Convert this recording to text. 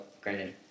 granted